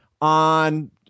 On